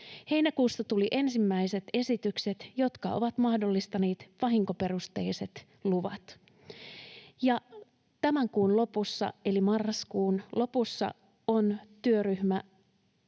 Heinäkuussa tulivat ensimmäiset esitykset, jotka ovat mahdollistaneet vahinkoperusteiset luvat, ja tämän kuun eli marraskuun lopussa on työryhmä